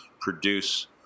produce